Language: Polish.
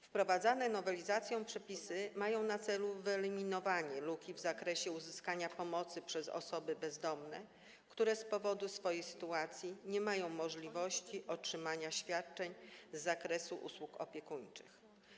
Wprowadzane nowelizacją przepisy mają na celu wyeliminowanie luki w zakresie uzyskania pomocy przez osoby bezdomne, które z powodu swojej sytuacji nie mają możliwości otrzymania świadczeń z zakresu usług opiekuńczych.